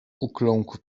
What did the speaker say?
ukląkł